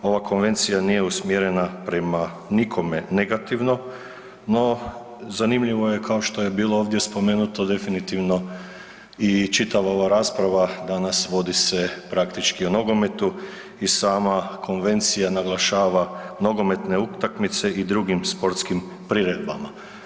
Ova konvencija nije usmjerena prema nikome negativno no zanimljivo je kao što je bilo ovdje spomenuto definitivno i čitava ova rasprava danas vodi se praktički o nogometu i sama konvencija naglašava nogometne utakmice i drugim sportskim priredbama.